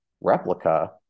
replica